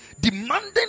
demanding